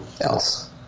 else